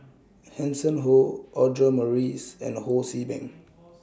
Hanson Ho Audra Morrice and Ho See Beng